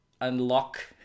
unlock